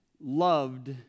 loved